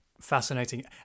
fascinating